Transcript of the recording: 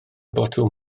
botwm